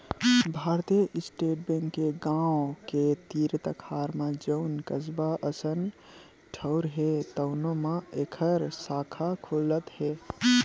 भारतीय state bank के गाँव के तीर तखार म जउन कस्बा असन ठउर हे तउनो म एखर साखा खुलत हे